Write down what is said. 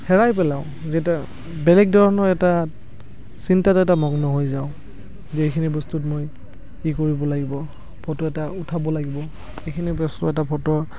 হেৰাই পেলাওঁ যে এটা বেলেগ ধৰণৰ এটা চিন্তাত এটা মগ্ন হৈ যাওঁ যে এইখিনি বস্তুত মই কি কৰিব লাগিব ফটো এটা উঠাব লাগিব এইখিনি বস্তু এটা ফটো